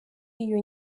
iyo